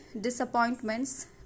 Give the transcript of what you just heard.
disappointments